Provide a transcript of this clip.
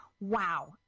Wow